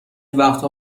وقتها